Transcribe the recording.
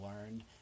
learned